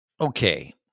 Okay